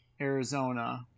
Arizona